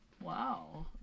Wow